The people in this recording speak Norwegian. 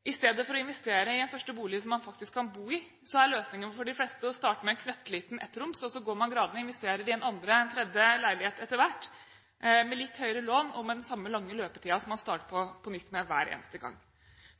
I stedet for å investere i en første bolig som man faktisk kan bo i, er løsningen for de fleste å starte med en knøttliten ettroms, og så går man gradene og investerer i en andre, en tredje leilighet etter hvert, med litt høyere lån og med den samme lange løpetiden som man starter på nytt med hver eneste gang.